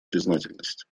признательность